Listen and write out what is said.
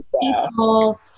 people